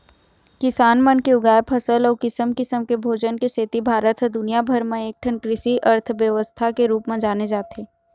किसान मन के उगाए फसल अउ किसम किसम के भोजन के सेती भारत ह दुनिया भर म एकठन कृषि अर्थबेवस्था के रूप म जाने जाथे